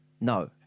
No